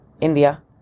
India